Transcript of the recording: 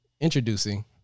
Introducing